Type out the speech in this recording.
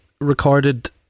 recorded